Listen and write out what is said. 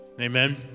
Amen